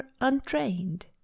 untrained